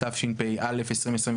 התשפ"א 2021,